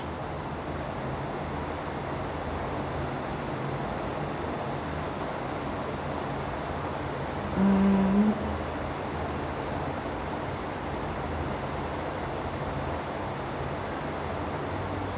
mm